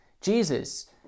Jesus